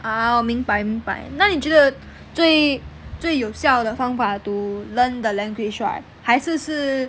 ah 我明白明白那你觉得最最有效的方法 to learn the language right 还是是